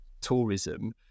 tourism